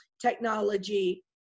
technology